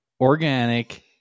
organic